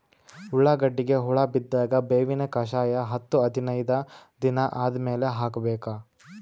ಉಳ್ಳಾಗಡ್ಡಿಗೆ ಹುಳ ಬಿದ್ದಾಗ ಬೇವಿನ ಕಷಾಯ ಹತ್ತು ಹದಿನೈದ ದಿನ ಆದಮೇಲೆ ಹಾಕಬೇಕ?